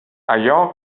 allò